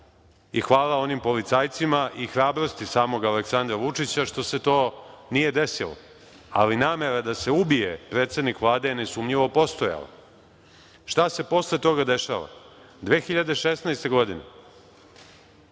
i hvala onim policajcima i hrabrosti samog Aleksandra Vučića što se to nije desilo, ali namera da se ubije predsednik Vlade je nesumnjivo postojala. Šta se posle toga dešava? Godine